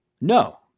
No